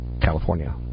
California